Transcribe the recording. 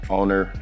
owner